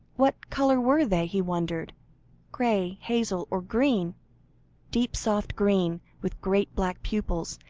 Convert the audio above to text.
what colour were they? he wondered grey, hazel, or green deep soft green with great black pupils,